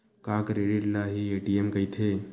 का क्रेडिट ल हि ए.टी.एम कहिथे?